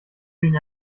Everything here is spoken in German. wegen